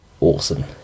awesome